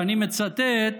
ואני מצטט: